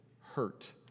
hurt